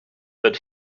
but